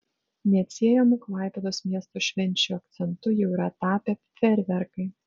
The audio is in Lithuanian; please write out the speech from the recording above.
neatsiejamu klaipėdos miesto švenčių akcentu jau yra tapę fejerverkai